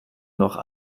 noch